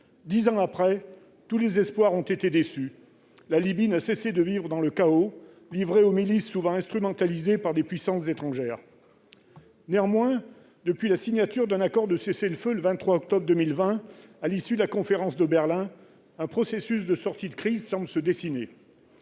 Dix ans après, tous les espoirs ont été déçus. La Libye n'a cessé de vivre dans le chaos, livrée aux milices souvent instrumentalisées par des puissances étrangères. Néanmoins, depuis la signature d'un accord de cessez-le-feu le 23 octobre 2020, à l'issue de la conférence de Berlin, un processus de sortie de crise semble se dessiner.